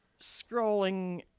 scrolling